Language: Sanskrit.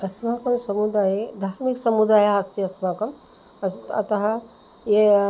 अस्माकं समुदाये धार्मिकसमुदायः अस्ति अस्माकम् अस्ति अतः ये